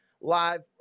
live